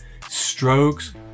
strokes